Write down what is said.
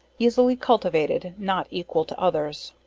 easily cultivated, not equal to others.